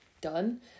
done